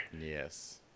Yes